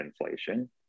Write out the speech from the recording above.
inflation